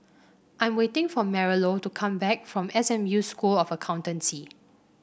I'm waiting for Marilou to come back from S M U School of Accountancy